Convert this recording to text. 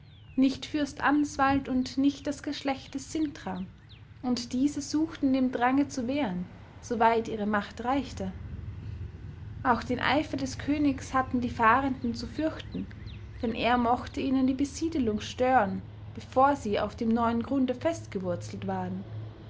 nicht fürst answald und nicht das geschlecht des sintram und diese suchten dem drange zu wehren soweit ihre macht reichte auch den eifer des königs hatten die fahrenden zu fürchten denn er mochte ihnen die besiedelung stören bevor sie auf dem neuen grunde festgewurzelt waren